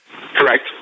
Correct